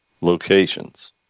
locations